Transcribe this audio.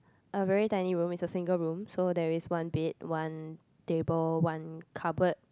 a very tiny room it's a single room so there is one bed one table one cupboard